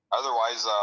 otherwise –